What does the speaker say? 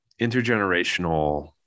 intergenerational